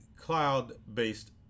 cloud-based